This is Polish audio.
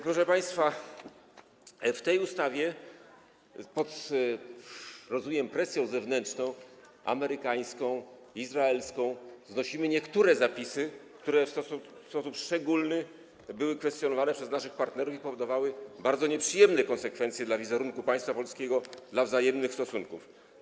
Proszę państwa, w tej ustawie, jak rozumiem, pod presją zewnętrzną, amerykańską, izraelską, znosimy niektóre zapisy, które w sposób szczególny były kwestionowane przez naszych partnerów i powodowały bardzo nieprzyjemne konsekwencje dla wizerunku państwa polskiego i dla wzajemnych stosunków.